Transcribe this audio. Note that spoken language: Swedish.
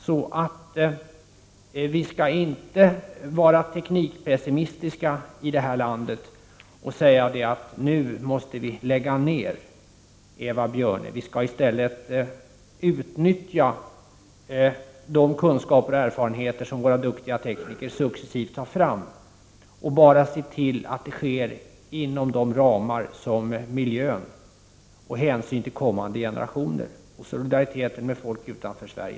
Vi skall därför inte, Eva Björne, vara teknik-pessimistiska i det här landet, och säga att vi nu måste lägga ner. Vi skall i stället utnyttja de kunskaper och erfarenheter som våra duktiga tekniker successivt tar fram. Men vi skall se till att detta sker inom de ramar som ställs upp av miljön, hänsyn till kommande generationer och solidaritet med folk utanför Sverige.